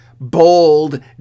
bold